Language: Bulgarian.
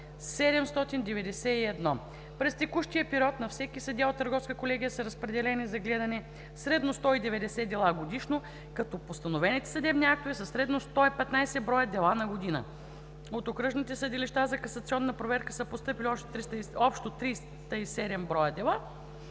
През текущия период на всеки съдия от търговска колегия са разпределени за гледане средно 190 дела годишно, като постановените съдебни актове са средно 115 броя дела на година. От окръжните съдилища за касационна проверка са постъпили общо 307 броя дела.